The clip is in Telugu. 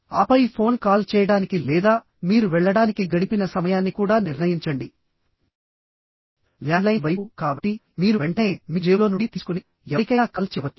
ఆపై ఫోన్ కాల్ చేయడానికి లేదా మీరు వెళ్ళడానికి గడిపిన సమయాన్ని కూడా నిర్ణయించండి ల్యాండ్ లైన్ వైపు కాబట్టి మీరు వెంటనే మీ జేబులో నుండి తీసుకొని ఎవరికైనా కాల్ చేయవచ్చు